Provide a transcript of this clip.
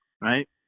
right